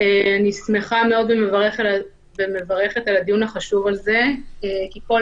אני שמחה מאוד ומברכת על הדיון החשוב הזה כי כל